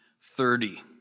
thirty